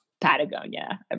Patagonia